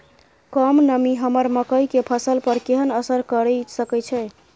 कम नमी हमर मकई के फसल पर केहन असर करिये सकै छै?